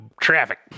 traffic